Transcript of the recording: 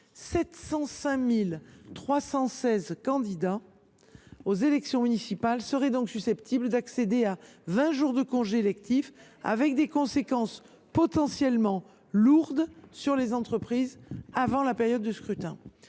705 316 candidats aux élections municipales qui seraient susceptibles d’accéder à vingt jours de congé électif, avec des conséquences potentiellement lourdes sur les entreprises avant la période du scrutin.